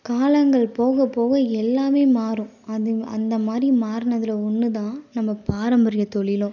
காலங்கள் போக போக எல்லாமே மாறும் அதிம் அந்த மாதிரி மாறுனதில் ஒன்று தான் நம்ம பாரம்பரிய தொழிலும்